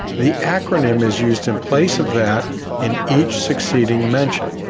the acronym is used in place of that in each succeeding mentioned,